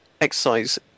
exercise